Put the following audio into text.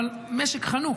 אבל משק חנוק,